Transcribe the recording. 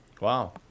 Wow